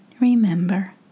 remember